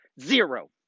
Zero